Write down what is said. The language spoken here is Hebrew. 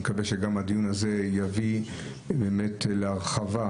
אני מקווה שגם הדיון הזה יביא באמת להרחבה,